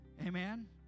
amen